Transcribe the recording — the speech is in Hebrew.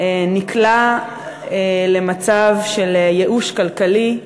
נקלע למצב של ייאוש כלכלי,